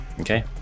okay